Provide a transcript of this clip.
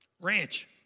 Ranch